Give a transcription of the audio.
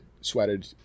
sweated